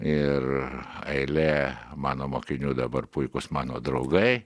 ir eilė mano mokinių dabar puikūs mano draugai